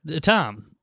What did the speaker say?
Tom